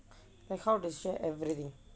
like how does share everything